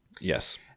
Yes